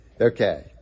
okay